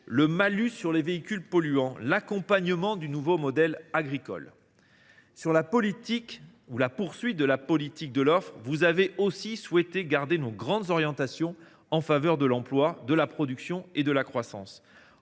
le malus sur les véhicules polluants, l’accompagnement du nouveau modèle agricole. En ce qui concerne la poursuite de notre politique de l’offre, vous avez aussi souhaité garder nos grandes orientations en faveur de l’emploi, de la production et de la croissance.